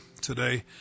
today